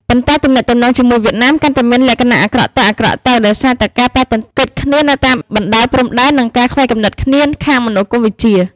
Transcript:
ប៉ុន្តែទំនាក់ទំនងជាមួយវៀតណាមកាន់តែមានលក្ខណៈអាក្រក់ទៅៗ ដោយសារ តែការប៉ះទង្គិចគ្នានៅតាមបណ្តោយព្រំដែន និងការខ្វែងគំនិតគ្នាខាងមនោគមន៍វិជ្ជា ។